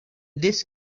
this